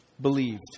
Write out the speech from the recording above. believed